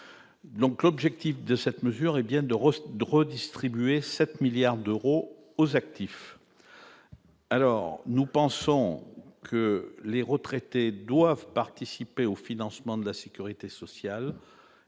donc l'objectif de cette mesure est bien de de redistribuer 7 milliards d'euros aux actifs alors nous pensons que les retraités doivent participer au financement de la Sécurité sociale,